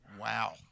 Wow